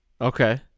Okay